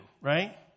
right